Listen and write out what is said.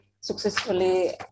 successfully